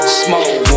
smoke